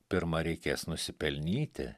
pirma reikės nusipelnyti